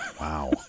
Wow